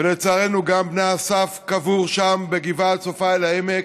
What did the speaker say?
ולצערנו גם הבן אסף קבור שם, בגבעה הצופה אל העמק.